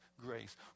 grace